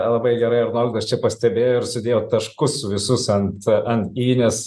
labai gerai arnoldas čia pastebėjo ir sudėjo taškus visus ant ant i nes